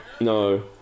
No